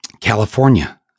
California